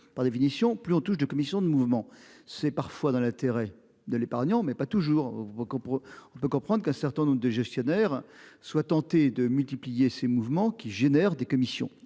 par définition plus on touche des commissions de mouvement c'est parfois dans l'intérêt de l'épargnant, mais pas toujours. On peut comprendre qu'un certain nombre de gestionnaires soient tentés de multiplier ces mouvements qui génère des commissions